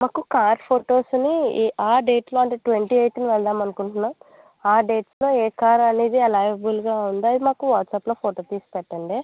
మాకు కార్ ఫొటోస్ని ఆ డేట్లో అంటే ట్వంటీ ఎయిథ్న వెళ్దాము అనుకుంటున్నాము ఆ డేట్స్లో ఏ కార్ అవైలబుల్గా ఉందో అది మాకు వాట్సాప్లో ఫోటో తీసి పెట్టండి